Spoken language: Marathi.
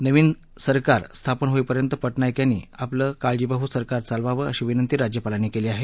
नवीन सरकार स्थापन होईपर्यंत पटनाईक यांनी आपलं काळजीवाहू सरकार चालवावं अशी विनंती राज्यापालांनी केली आहे